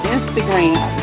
Instagram